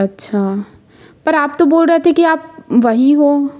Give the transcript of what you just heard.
अच्छा पर आप तो बोल रहे थे कि आप वहीं हो